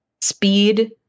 speed